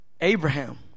Abraham